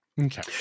Okay